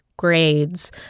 grades